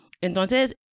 entonces